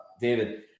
David